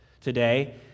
today